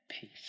peace